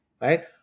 right